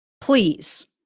please